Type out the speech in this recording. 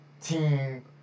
team